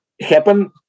happen